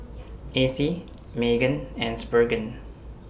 Acey Meggan and Spurgeon